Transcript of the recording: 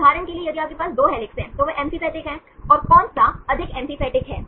उदाहरण के लिए यदि आपके पास 2 हेलिसेस हैं तो वे एम्फीपैथिक हैं और कोन सा अधिक एम्पीपैथिक है